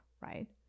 right